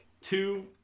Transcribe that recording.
Two